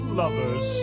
lovers